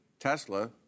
Tesla